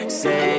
say